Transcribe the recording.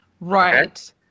Right